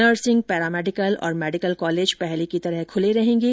nursing paramedical और medical college पहले की तरह खुले रहेंगे